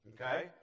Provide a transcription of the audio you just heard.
Okay